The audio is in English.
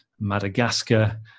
Madagascar